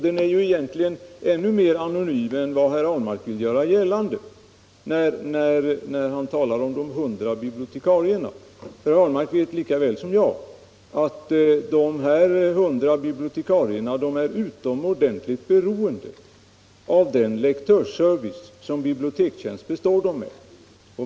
Den är egentligen ännu mer anonym än herr Ahlmark vill göra gällande när han talar om de hundra bibliotekarierna. Herr Ahlmark vet lika väl som jag att dessa hundra bibliotekarier är utomordentligt beroende av den lektörsservice som Bibliotekstjänst består dem med.